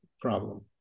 problem